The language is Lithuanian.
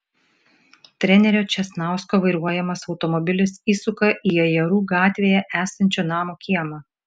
trenerio česnausko vairuojamas automobilis įsuka į ajerų gatvėje esančio namo kiemą